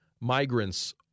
migrants